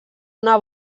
una